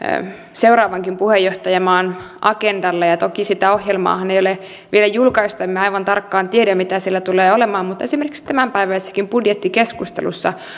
seuraavankin puheenjohtajamaan agendalle toki sitä ohjelmaahan ei ole vielä julkaistu ja emme aivan tarkkaan tiedä mitä siellä tulee olemaan mutta esimerkiksi tämänpäiväisessäkin budjettikeskustelussa